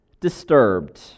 disturbed